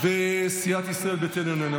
וסיעת ישראל ביתנו איננה.